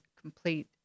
complete